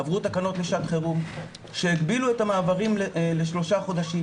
עברו תקנות לשעת חירום שהגבילו את המעברים לשלושה חודשים,